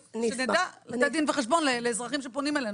שנדע לתת דין וחשבון לאזרחים שפונים אלינו.